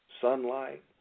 Sunlight